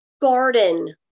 garden